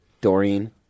Doreen